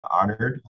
honored